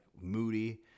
moody